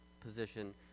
position